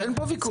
אין פה ויכוח.